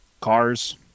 cars